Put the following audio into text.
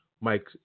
Mike